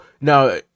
now